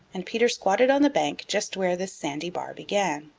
and peter squatted on the bank just where this sandy bar began.